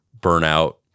burnout